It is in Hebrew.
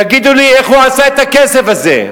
תגידו לי, איך הוא עשה את הכסף הזה?